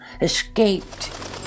escaped